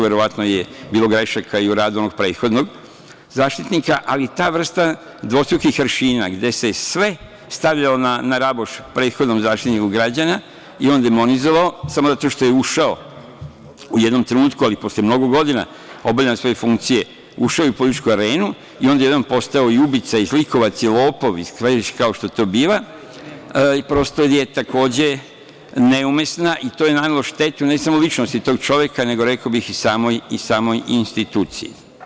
Verovatno je bilo grešaka i u radu onog prethodnog Zaštitnika, ali ta vrsta dvostrukih aršina gde se sve stavljalo na raboš prethodnom Zaštitniku građana i on demonizovao samo zato što je ušao u jednom trenutku, ali posle mnogo godina obavljanja svoje funkcije, u političku arenu i onda je odjednom postao i ubica i zlikovac i lopov, kao što to biva, i prosto je takođe neumesna i to je nanelo štetu ne samo ličnosti tog čoveka nego, rekao bih, i samoj instituciji.